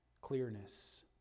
clearness